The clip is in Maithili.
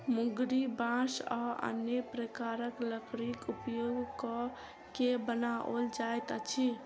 मुंगरी बाँस आ अन्य प्रकारक लकड़ीक उपयोग क के बनाओल जाइत अछि